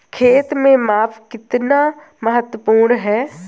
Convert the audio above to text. खेत में माप कितना महत्वपूर्ण है?